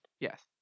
Yes